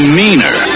meaner